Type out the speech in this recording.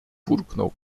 burknął